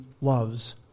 loves